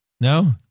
No